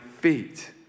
feet